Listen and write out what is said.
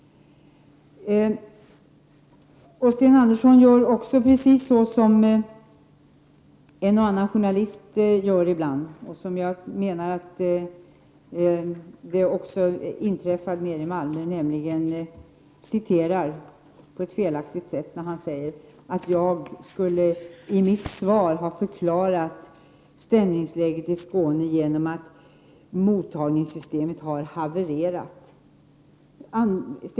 Sten Andersson gör också precis så som en och annan journalist ibland gör — det var detta som inträffade i Malmö; han citerar felaktigt. Han påstår att jag i mitt svar skulle ha förklarat stämningsläget i Skåne med att mottagningssystemet har havererat.